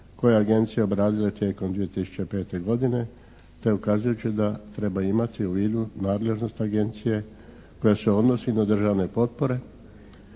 je Agencija obradila tijekom 2005. godine te ukazujući da treba imati u vidu nadležnost Agencije koja se odnosi na državne potpore.